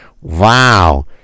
Wow